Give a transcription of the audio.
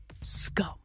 Scum